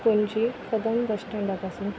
पणजी कदंब बसस्टँडा पासून